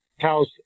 house